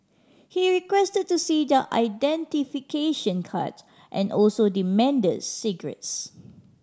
he requested to see their identification card and also demanded cigarettes